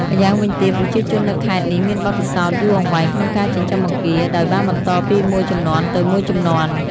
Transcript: ម្យ៉ាងវិញទៀត ប្រជាជននៅខេត្តនេះមានបទពិសោធន៍យូរអង្វែងក្នុងការចិញ្ចឹមបង្គា ដោយបានបន្តពីមួយជំនាន់ទៅមួយជំនាន់។